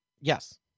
Yes